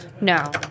No